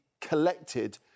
collected